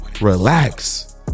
relax